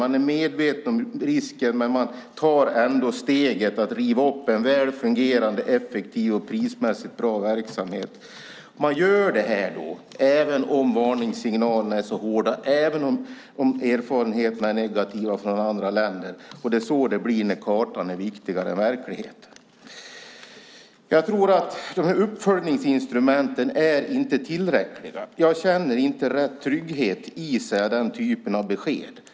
Man är medveten om riskerna, men tar ändå steget och river upp en väl fungerande, effektiv och prismässigt bra verksamhet. Man gör det här även om varningssignalerna är så tydliga, även om erfarenheterna är negativa från andra länder. Det är så det blir när kartan är viktigare än verkligheten. Jag tror att uppföljningsinstrumenten inte är tillräckliga. Jag känner inte rätt trygghet i den typen av besked.